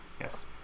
Yes